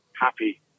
happy